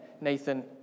Nathan